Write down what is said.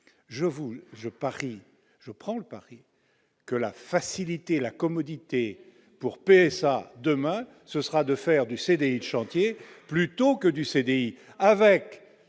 je prends le pari que la facilité et la commodité pour PSA, demain ce sera de faire du CD Chantier plutôt que du CDI, avec